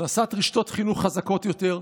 הכנסת רשתות חינוך חזקות יותר,